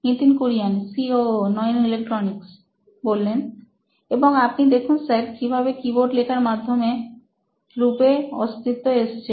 Nitin Kurian C O O নোইন electronics এবং আপনি দেখুন স্যার কিভাবে কীবোর্ড লেখার মাধ্যম রূপে অস্তিত্বে এসেছে